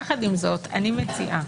יחד עם זאת אני מציעה,